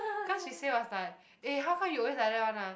cause she said was like eh how come you always like that one ah